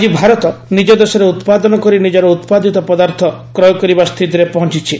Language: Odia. ଆଜି ଭାରତ ନିକ ଦେଶରେ ଉତ୍ପାଦନ କରି ନିଜର ଉତ୍ପାଦିତ ପଦାର୍ଥ କ୍ରୟ କରିବା ସ୍ଥିତିରେ ପହଞ୍ଚିଛି